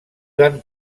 van